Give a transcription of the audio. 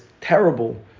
terrible